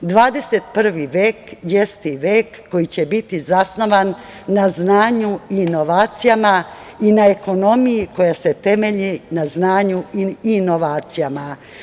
Dvadesetprvi vek jeste i vek koji će biti zasnovan na znanju, inovacijama i na ekonomiji koja se temelji na znanju i inovacijama.